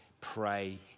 Pray